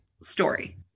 story